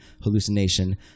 hallucination